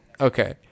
Okay